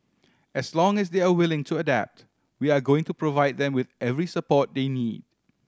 as long as they are willing to adapt we are going to provide them with every support they need